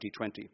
2020